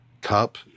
cup